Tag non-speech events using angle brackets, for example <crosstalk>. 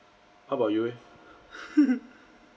how about you eh <laughs>